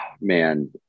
man